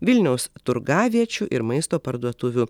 vilniaus turgaviečių ir maisto parduotuvių